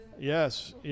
Yes